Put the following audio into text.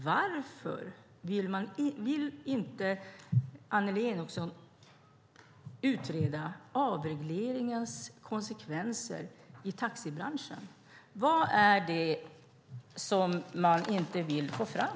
Varför vill inte Annelie Enochson utreda konsekvenserna av taxibranschens avreglering? Vad är det som man inte vill få fram?